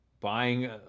buying